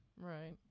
Right